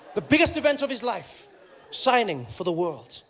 the biggest event of his life signing for the world,